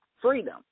freedom